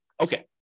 Okay